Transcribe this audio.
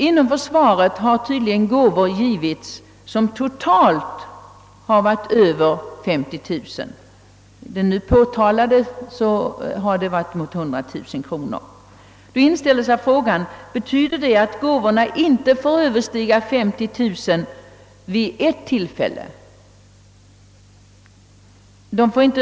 Inom försvaret har tydligen gåvor givits som totalt har varit över 50 000 kronor. I det nu påtalade fallet har det varit 100 000 kronor. Då inställer sig frågan: Betyder detta att gåvorna inte får överstiga 50 000 kronor vid ett tillfälle?